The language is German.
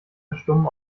verstummen